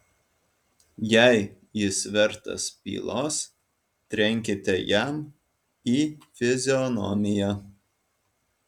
jei jis vertas pylos trenkite jam į fizionomiją